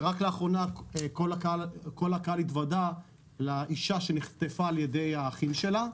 שרק לאחרונה כל הקהל התוודע לאישה שנחטפה על ידי האחים שלה.